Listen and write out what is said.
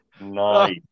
nice